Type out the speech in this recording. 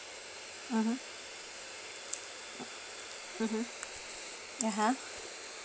mmhmm mmhmm a'ah